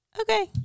okay